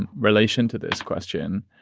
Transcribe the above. and relation to this question,